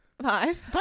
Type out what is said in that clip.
Five